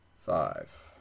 Five